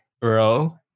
Bro